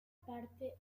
parte